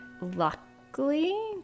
luckily